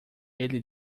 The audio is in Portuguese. ele